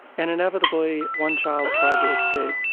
and inevitably one child tried to escape.